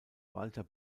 walter